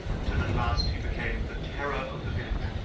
until at last he became the terror of the village,